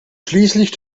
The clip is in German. schließlich